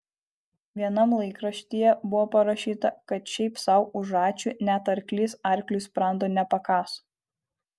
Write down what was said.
vienam laikraštyje buvo parašyta kad šiaip sau už ačiū net arklys arkliui sprando nepakaso